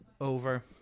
over